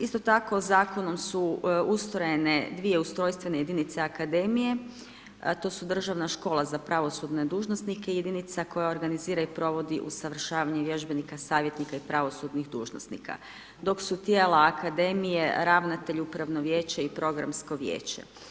Isto tako zakonom su ustrojene dvije ustrojstvene jedinice akademije, a to su Državna škola za pravosudne dužnosnike jedinica koja organizira i provodi usavršavanje vježbenika, savjetnika i pravosudnih dužnosnika, dok su tijela akademije ravnatelj, upravno vijeće i programsko vijeće.